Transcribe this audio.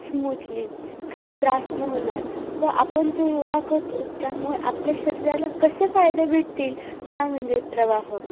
smoothly काही त्रास न होणार व आपण जो योगा करतो त्यामुळे आपल्या शरीराला कसे फायदे भेटतील हा म्हणजे प्रवाह